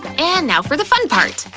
and now for the fun part,